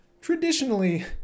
traditionally